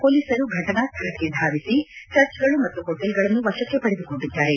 ಪೊಲೀಸರು ಫಟನಾ ಸ್ವಳಕ್ಕೆ ಧಾವಿಸಿ ಚರ್ಚ್ಗಳು ಮತ್ತು ಹೋಟೆಲ್ಗಳನ್ನು ವಶಕ್ಕೆ ಪಡೆದುಕೊಂಡಿದ್ದಾರೆ